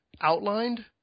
outlined